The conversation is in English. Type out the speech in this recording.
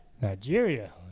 Nigeria